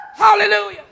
Hallelujah